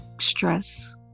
stress